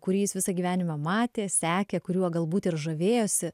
kurį jis visą gyvenimą matė sekė kuriuo galbūt ir žavėjosi